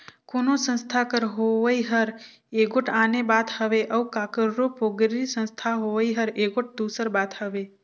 कोनो संस्था कर होवई हर एगोट आने बात हवे अउ काकरो पोगरी संस्था होवई हर एगोट दूसर बात हवे